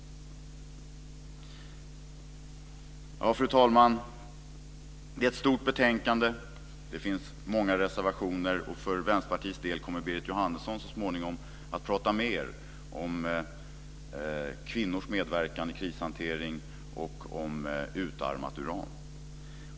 Fru talman! Detta är ett stort betänkande. Det finns många reservationer. För Vänsterpartiets del kommer Berit Jóhannesson så småningom att prata mer om kvinnors medverkan i krishantering och om utarmat uran.